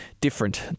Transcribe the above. different